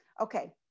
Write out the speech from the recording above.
okay